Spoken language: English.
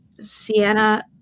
Sienna